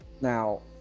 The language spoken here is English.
now